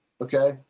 okay